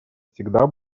всегда